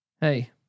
Hey